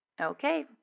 Okay